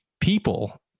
people